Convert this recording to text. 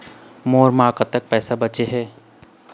मोर म कतक पैसा बचे हे?